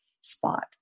spot